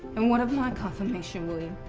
and what of my confirmation, william?